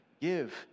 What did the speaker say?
give